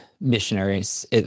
missionaries